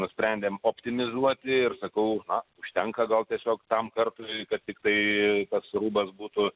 nusprendėm optimizuoti ir sakau užtenka gal tiesiog tam kartui kad tiktai tas rūbas būtų